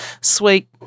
sweet